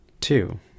Two